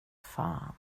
fan